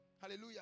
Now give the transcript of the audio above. hallelujah